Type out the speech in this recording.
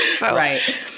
Right